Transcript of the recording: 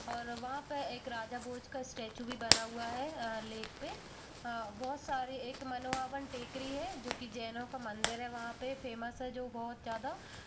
और वहाँ पे एक राजा भोज का स्टैच्यू भी बना हुआ है लेक पे बहुत सारे एक मनुआभान टेकरी है जो कि जैनों का मंदिर है वहाँ पे फ़ेमस है जो बहुत ज़्यादा